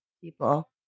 people